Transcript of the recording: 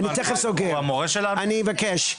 אני מבקש.